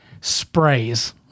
sprays